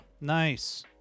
Nice